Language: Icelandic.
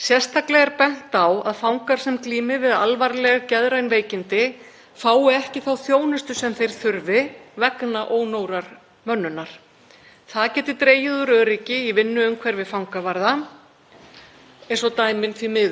Það geti dregið úr öryggi í vinnuumhverfi fangavarða eins og dæmin því miður sanna. Í lögum um fullnustu refsinga er skýrt kveðið á um að þær fari fram með öruggum og skilvirkum hætti.